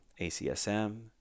acsm